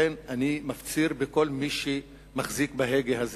לכן אני מפציר בכל מי שמחזיק בהגה הזה,